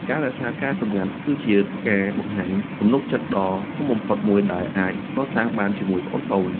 ការរក្សាការសម្ងាត់គឺជាការបង្ហាញទំនុកចិត្តដ៏ធំបំផុតមួយ ដែលអាចកសាងបានជាមួយប្អូនៗ។